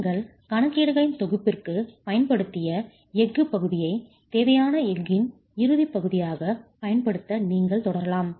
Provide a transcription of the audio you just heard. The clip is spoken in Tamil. நீங்கள் கணக்கீடுகளின் தொகுப்பிற்குப் பயன்படுத்திய எஃகுப் பகுதியைத் தேவையான எஃகின் இறுதிப் பகுதியாகப் பயன்படுத்த நீங்கள் தொடரலாம்